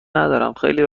ندارم، خیلی